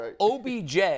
OBJ